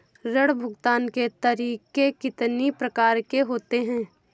ऋण भुगतान के तरीके कितनी प्रकार के होते हैं?